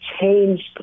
changed